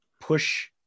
push